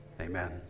Amen